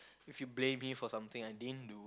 if you blame me for something I didn't do